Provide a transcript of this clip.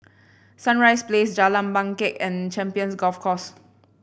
Sunrise Place Jalan Bangket and Champions Golf Course